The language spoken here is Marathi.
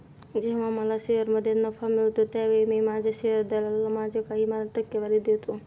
जेव्हा मला शेअरमध्ये नफा मिळतो त्यावेळी मी माझ्या शेअर दलालाला माझी काही टक्केवारी देतो